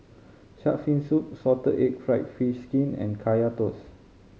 Shark's Fin Soup salted egg fried fish skin and Kaya Toast